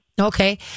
okay